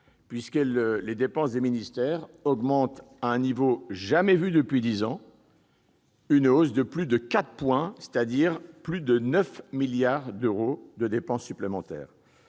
puisque les dépenses des ministères augmentent à un niveau jamais vu depuis dix ans, avec une hausse de plus de 4 %, soit plus de 9 milliards d'euros de dépenses supplémentaires.